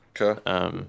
Okay